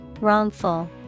Wrongful